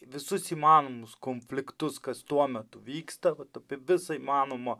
visus įmanomus konfliktus kas tuo metu vyksta vat apie visą įmanomą